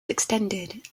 extended